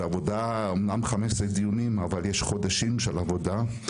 זה אמנם 15 דיונים אבל יש חודשים של עבודה,